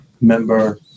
member